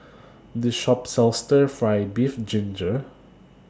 This Shop sells Stir Fry Beef Ginger Onions